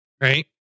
Right